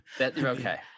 Okay